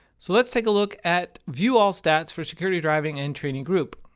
so let's take a look at view all stats for security driver and training group.